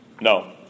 No